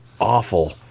Awful